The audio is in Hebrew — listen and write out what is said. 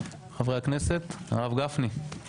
הרב גפני.